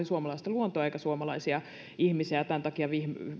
suomalaista luontoa eikä suomalaisia ihmisiä ja tämän takia